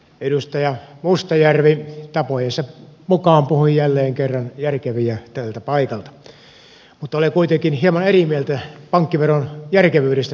edustaja mustajärvi tapojensa mukaan puhui jälleen kerran järkeviä tältä paikalta mutta olen kuitenkin hieman eri mieltä pankkiveron järkevyydestä suomalaisille pankeille